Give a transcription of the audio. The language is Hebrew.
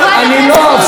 היא לא הקשיבה.